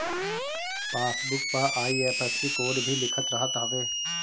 passbook पअ IFSC code भी लिखल रहत हवे